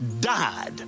died